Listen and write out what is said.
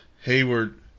Hayward